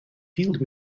field